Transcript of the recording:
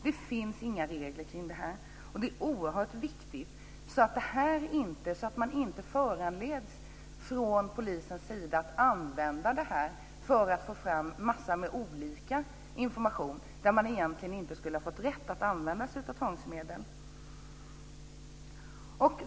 Det finns inga regler kring detta. Det är oerhört viktigt att polisen inte föranleds att använda sig av detta för att få fram information där man egentligen inte skulle ha fått rätt att använda sig av tvångsmedel.